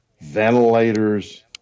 ventilators